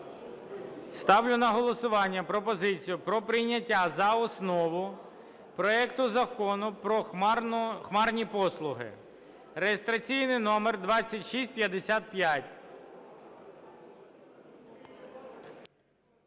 Ставлю на голосування пропозицію про прийняття за основу проекту Закону про хмарні послуги (реєстраційний номер 2655).